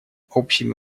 общими